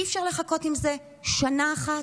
אי-אפשר לחכות עם זה שנה אחת?